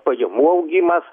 pajamų augimas